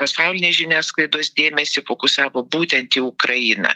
pasaulinės žiniasklaidos dėmesį fokusavo būtent į ukrainą